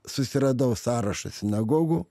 susiradau sąrašą sinagogų